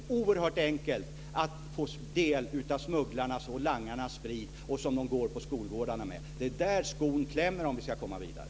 Det är oerhört enkelt att få del av smugglarnas och langarnas sprit som de går på skolgårdarna med. Det är där skon klämmer, och det måste vi förändra om vi ska komma vidare.